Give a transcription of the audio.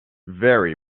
very